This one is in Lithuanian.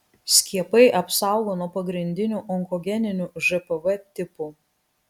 skiepai apsaugo nuo pagrindinių onkogeninių žpv tipų